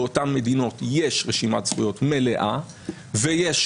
באותן מדינות יש רשימת זכויות מלאה ויש,